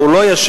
ההוא לא יאשר,